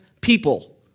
people